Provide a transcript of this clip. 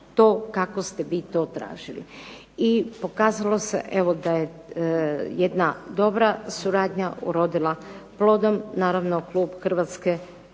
to kako se vi to tražili i pokazalo se evo da je jedna dobra suradnja urodila plodom. Naravno, klub Hrvatske demokratske